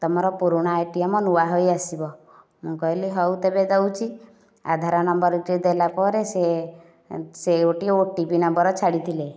ତୁମର ପୁରୁଣା ଏଟିଏମ୍ ନୂଆ ହୋଇ ଆସିବ ମୁଁ କହିଲି ହେଉ ତେବେ ଦେଉଛି ଆଧାର ନମ୍ବରଟି ଦେଲା ପରେ ସେ ସେ ଗୋଟିଏ ଓଟିପି ନମ୍ବର ଛାଡିଥିଲେ